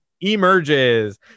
emerges